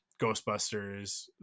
Ghostbusters